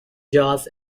joss